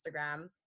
Instagram